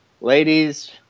ladies